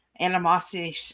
animosity